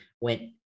went